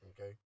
Okay